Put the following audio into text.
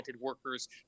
workers